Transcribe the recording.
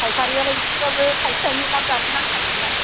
फाइखारियालाय एसेब्लाबो थाइसे थाइनै लाब जाहै नांखागोनना